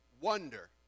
wonder